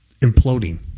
Imploding